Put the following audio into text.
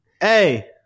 Hey